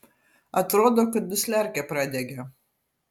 atrodo kad dusliarkė pradegė